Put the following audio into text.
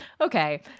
okay